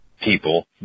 people